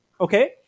Okay